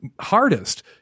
hardest